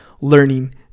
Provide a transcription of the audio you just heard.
learning